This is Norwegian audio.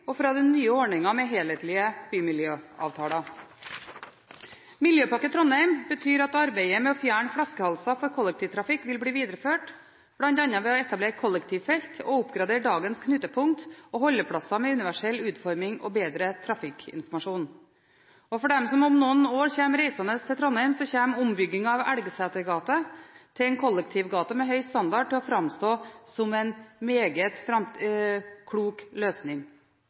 og fra den nye ordningen med helhetlige bymiljøavtaler. Miljøpakke Trondheim betyr at arbeidet med å fjerne flaskehalser for kollektivtrafikk vil bli videreført, bl.a. ved å etablere kollektivfelt og oppgradere dagens knutepunkter og holdeplasser med universell utforming og bedre trafikkinformasjon. For de som om noen år kommer reisende til Trondheim, kommer ombyggingen av Elgeseter gate til en kollektivgate med høy standard til å framstå som en meget klok løsning.